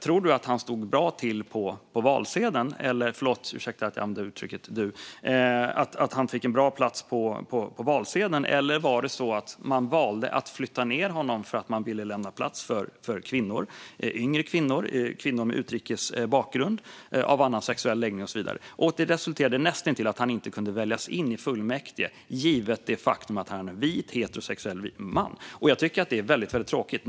Tror Ciczie Weidby att han fick en bra plats på valsedeln, eller var det så att man valde att flytta ned honom för att man ville lämna plats för kvinnor, yngre kvinnor, kvinnor med utrikes bakgrund, personer med annan sexuell läggning och så vidare? Resultatet blev att han knappt kunde väljas in i fullmäktige givet det faktum att han är en vit heterosexuell man. Jag tycker att det är väldigt tråkigt.